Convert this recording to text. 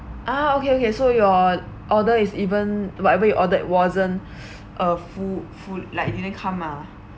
ah okay okay so your order is even whatever you ordered wasn't uh full full like didn't come ah